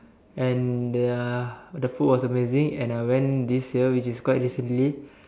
and their the food was amazing and I went this year which is quite recently